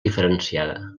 diferenciada